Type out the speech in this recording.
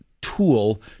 tool